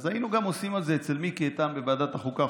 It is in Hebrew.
אז היינו גם עושים על זה אצל מיקי איתן בוועדת החוקה,